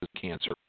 cancer